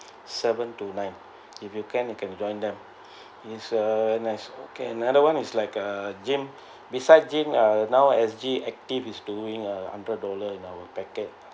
seven to nine if you can you can join them is a nice okay another one is like uh gym besides gym uh now actually is doing a hundred dollar now a package